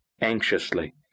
Anxiously